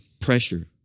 Pressure